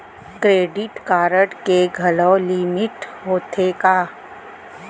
Credit card के घलव limit होथे का?